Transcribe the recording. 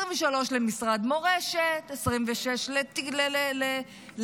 23 למשרד מורשת, 26 למסורת.